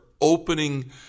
opening